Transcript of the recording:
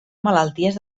malalties